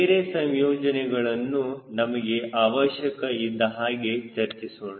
ಬೇರೆ ಸಂಯೋಜನೆಗಳನ್ನು ನಮಗೆ ಅವಶ್ಯಕ ಇದ್ದಹಾಗೆ ಚರ್ಚಿಸೋಣ